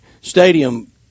Stadium